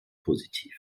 positiv